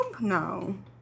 no